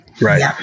Right